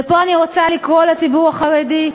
ופה אני רוצה לקרוא לציבור החרדי: